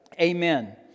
Amen